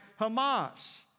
Hamas